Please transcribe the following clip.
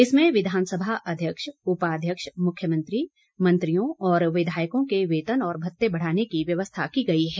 इसमें विधानसभा अध्यक्ष उपाध्यक्ष मुख्यमंत्री मंत्रियों और विधायकों की वेतन और भत्ते बढ़ाने की व्यवस्था की गई है